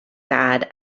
sad